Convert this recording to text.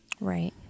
right